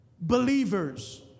believers